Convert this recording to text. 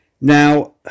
now